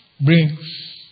brings